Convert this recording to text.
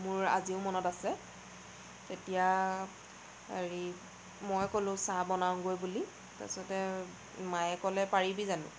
মোৰ আজিও মনত আছে তেতিয়া হেৰি মই ক'লো চাহ বনাওঁগৈ বুলি তাৰ পাছতে মায়ে ক'লে পাৰিবি জানো